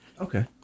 Okay